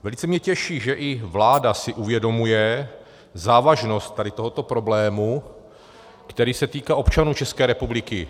Velice mě těší, že i vláda si uvědomuje závažnost tohoto problému, který se týká občanů České republiky.